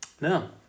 No